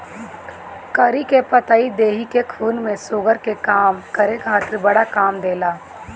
करी के पतइ देहि के खून में शुगर के कम करे खातिर बड़ा काम देला